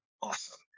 awesome